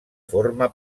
forma